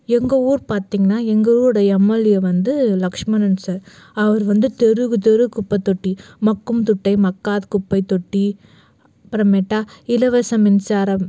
எங்கள் ஊர் பார்த்திங்ன்னா எங்களோட எம்எல்ஏ வந்து லக்ஷ்மணன் சார் அவர் வந்து தெருவுக்கு தெரு குப்பை தொட்டி மக்கும் குப்பை மக்காத குப்பை தொட்டி அப்புறமேட்டா இலவச மின்சாரம்